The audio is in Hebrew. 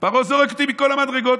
ופרעה זורק אותי מכל המדרגות,